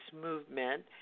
Movement